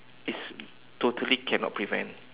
it's totally cannot prevent